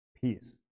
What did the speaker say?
peace